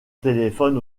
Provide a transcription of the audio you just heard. téléphone